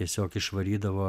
tiesiog išvarydavo